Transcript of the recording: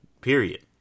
period